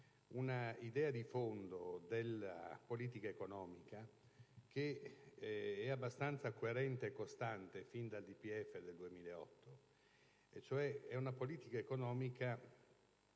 un'idea di fondo della politica economica che è abbastanza coerente e costante fin dal DPEF del 2008: è una politica economica